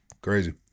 crazy